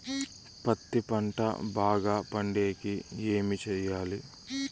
పత్తి పంట బాగా పండే కి ఏమి చెయ్యాలి?